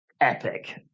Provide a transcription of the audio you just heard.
epic